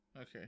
Okay